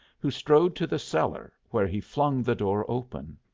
who strode to the cellar, where he flung the door open.